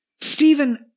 Stephen